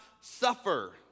suffer